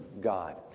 God